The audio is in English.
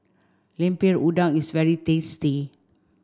Lemper Udang is very tasty